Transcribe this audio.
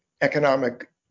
economic